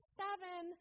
seven